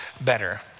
better